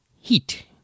heat